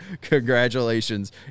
Congratulations